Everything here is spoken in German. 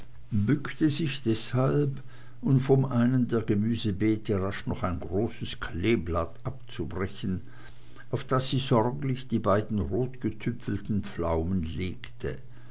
bückte sich deshalb um von einem der gemüsebeete rasch noch ein großes kohlblatt abzubrechen auf das sie sorglich die beiden rotgetüpfelten pflaumen legte